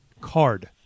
Card